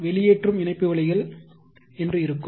வெளியேற்றும் இணைப்புவழிகள் இன்று இருக்கும்